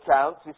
accounts